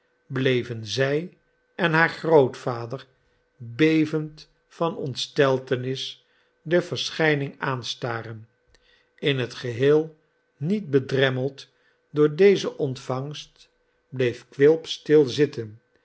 bleven zij en haar grootvader bevend van ontsteltenis de verschijning aanstaren in het geheel niet bedremmeld door deze ontvangst bleef quilp